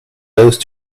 those